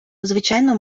звичайно